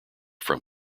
from